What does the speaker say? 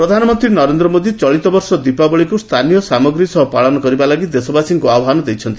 PM Varanasi ପ୍ରଧାନମନ୍ତ୍ରୀ ନରେନ୍ଦ୍ର ମୋଦି ଚଳିତବର୍ଷ ଦୀପାବଳୀକୁ ସ୍ଥାନୀୟ ସାମଗ୍ରୀ ସହ ପାଳନ କରିବା ଲାଗି ଦେଶବାସୀଙ୍କୁ ଆହ୍ୱାନ ଦେଇଛନ୍ତି